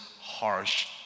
harsh